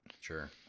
Sure